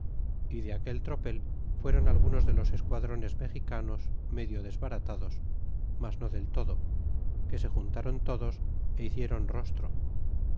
y de aquel tropel fueron algunos de los esquadrones mexicanos medio desbaratados mas no del todo que se juntaron todos é hicieron rostro